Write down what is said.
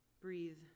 Breathe